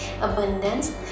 abundance